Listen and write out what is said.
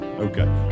Okay